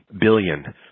billion